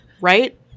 Right